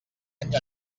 any